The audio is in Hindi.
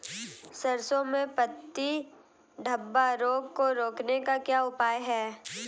सरसों में पत्ती धब्बा रोग को रोकने का क्या उपाय है?